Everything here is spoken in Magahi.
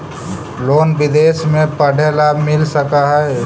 लोन विदेश में पढ़ेला मिल सक हइ?